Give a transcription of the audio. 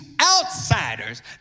outsiders